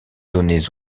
donner